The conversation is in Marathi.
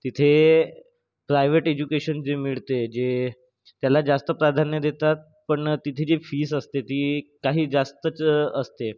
तिथे प्रायवेट एज्युकेशन जे मिळते जे त्याला जास्त प्राधान्य देतात पण तिथे जी फीस असते ती काही जास्तच असते